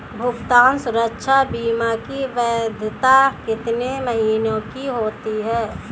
भुगतान सुरक्षा बीमा की वैधता कितने महीनों की होती है?